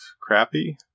crappy